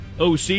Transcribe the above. OC